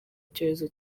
icyorezo